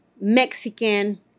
Mexican